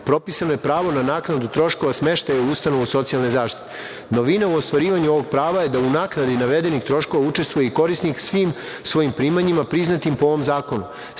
propisano je pravo na naknadu troškova smeštaja u ustanovama socijalne zaštite. Novina u ostvarivanju ovog prava je da u naknadi navedenih troškova učestvuje i korisnik svim svojim primanjima priznatim po ovom zakonu,